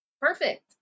perfect